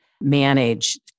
manage